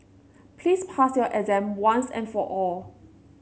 please pass your exam once and for all